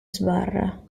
sbarra